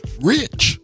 Rich